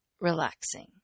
relaxing